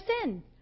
sin